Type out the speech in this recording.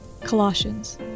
Colossians